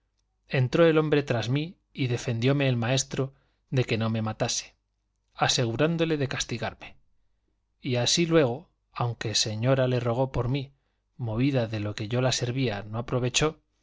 entró el hombre tras mí y defendióme el maestro de que no me matase asegurándole de castigarme y así luego aunque señora le rogó por mí movida de lo que yo la servía no aprovechó